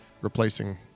replacing